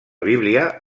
bíblia